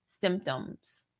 symptoms